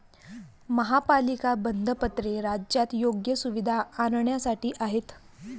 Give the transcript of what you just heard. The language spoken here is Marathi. महापालिका बंधपत्रे राज्यात योग्य सुविधा आणण्यासाठी आहेत